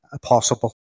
possible